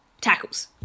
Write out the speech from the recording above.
tackles